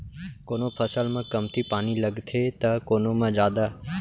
कोनो फसल म कमती पानी लगथे त कोनो म जादा